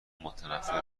متنفر